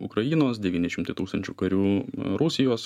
ukrainos devyni šimtai tūkstančių karių rusijos